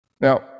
Now